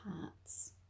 parts